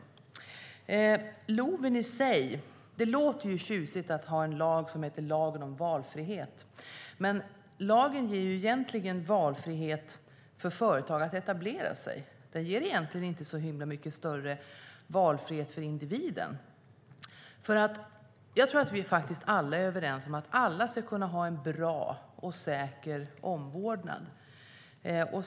När det gäller LOV låter det tjusigt att ha en lag som heter lagen om valfrihet. Men lagen ger egentligen valfrihet för företag att etablera sig. Den ger egentligen inte så mycket större valfrihet för individen. Vi är nog alla överens om att alla ska kunna ha en bra och säker omvårdnad.